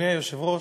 אדוני היושב-ראש,